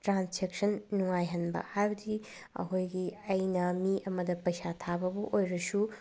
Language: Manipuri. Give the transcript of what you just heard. ꯇ꯭ꯔꯥꯟꯖꯦꯛꯁꯟ ꯅꯨꯡꯉꯥꯏꯍꯟꯕ ꯍꯥꯏꯕꯗꯤ ꯑꯩꯈꯣꯏꯒꯤ ꯑꯩꯅ ꯃꯤ ꯑꯃꯗ ꯄꯩꯁꯥ ꯊꯥꯕꯕꯨ ꯑꯣꯏꯔꯁꯨ